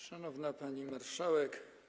Szanowna Pani Marszałek!